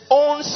own